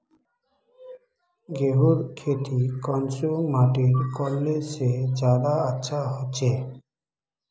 गेहूँर खेती कुंसम माटित करले से ज्यादा अच्छा हाचे?